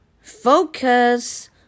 Focus